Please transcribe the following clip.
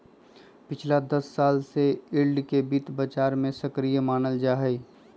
पिछला दस साल से यील्ड के वित्त बाजार में सक्रिय मानल जाहई